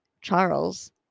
Charles